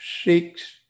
six